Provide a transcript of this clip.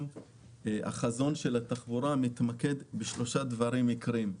החזון של התחבורה מתמקד בשלושה דברים עיקריים: